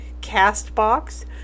CastBox